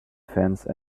fence